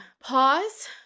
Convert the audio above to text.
pause